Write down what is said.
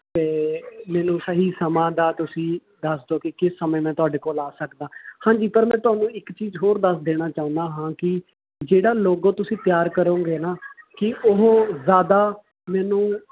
ਅਤੇ ਮੈਨੂੰ ਸਹੀ ਸਮਾਂ ਦਾ ਤੁਸੀਂ ਦੱਸ ਦਿਉ ਕਿ ਕਿਸ ਸਮੇਂ ਮੈਂ ਤੁਹਾਡੇ ਕੋਲ ਆ ਸਕਦਾ ਹਾਂਜੀ ਪਰ ਮੈਂ ਤੁਹਾਨੂੰ ਇੱਕ ਚੀਜ਼ ਹੋਰ ਦੱਸ ਦੇਣਾ ਚਾਹੁੰਦਾ ਹਾਂ ਕਿ ਜਿਹੜਾ ਲੋਗੋ ਤੁਸੀਂ ਤਿਆਰ ਕਰੋਂਗੇ ਨਾ ਕਿ ਉਹ ਜ਼ਿਆਦਾ ਮੈਨੂੰ